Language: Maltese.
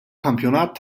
kampjonat